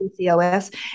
PCOS